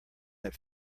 that